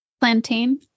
plantain